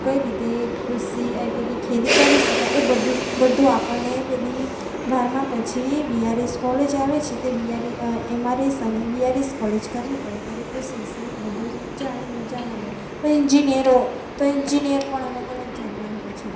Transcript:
કઈ રીતે કૃષિ એટલે કે ખેતી કરી શકાય એ બધું જ બધું આપણને પેલી બારમા પછી બીઆરએસ કોલેજ આવે છે તે બીઆર એમઆરએસ અને બીઆરએસ કોલેજ કરવી પડે ત્યારે કૃષિ વિશે બધું જાણવા મલે કોઈ એન્જીનીયર હોય તો એન્જીનીયર પણ અલગ અલગ જાતના હોય છે